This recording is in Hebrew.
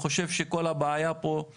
כל הבעיה פה היא